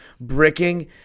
bricking